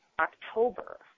October